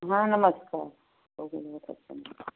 ma'am नमस्कार